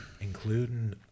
including